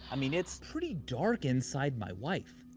i mean, it's pretty dark inside my wife.